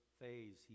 phase